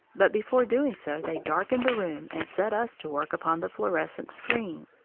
but before doing so they darkened the room and set us to work upon the fluorescent screen.